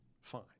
fine